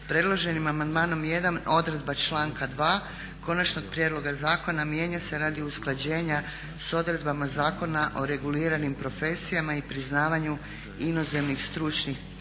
Predloženim amandmanom 1 odredba članka 2. Konačnog prijedloga zakona mijenja se radi usklađenja s odredbama Zakona o reguliranim profesijama i priznavanju inozemnih stručnih